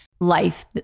life